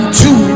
two